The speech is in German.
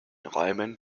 räumen